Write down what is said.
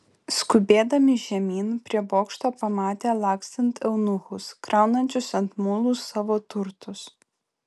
skubėdami žemyn prie bokšto pamatė lakstant eunuchus kraunančius ant mulų savo turtus